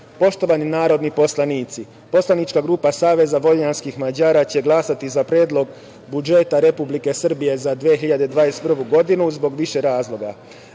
8%.Poštovani narodni poslanici, poslanička grupa Saveza vojvođanskih Mađara će glasati za Predlog budžeta Republike Srbije za 2021. godinu zbog više razloga.